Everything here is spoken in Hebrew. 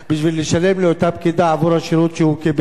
לשלם לאותה פקידה עבור השירות שהוא קיבל.